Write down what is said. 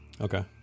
Okay